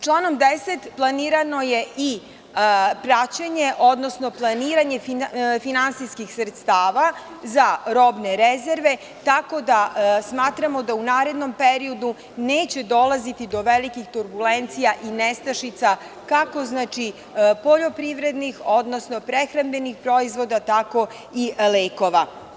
Članom 10. planirano je i praćenje, odnosno planiranje finansijskih sredstava za robne rezerve tako da smatramo da u narednom periodu neće dolaziti do velikih turbulencija i nestašica kako poljoprivrednih, odnosno prehrambenih proizvoda tako i lekova.